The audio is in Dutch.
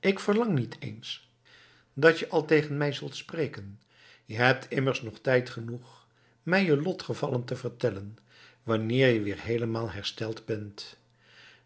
ik verlang niet eens dat je al tegen mij zult spreken je hebt immers nog tijd genoeg mij je lotgevallen te vertellen wanneer je weer heelemaal hersteld bent